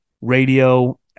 radio